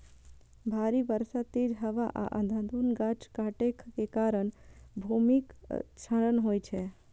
भारी बर्षा, तेज हवा आ अंधाधुंध गाछ काटै के कारण भूमिक क्षरण होइ छै